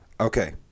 Okay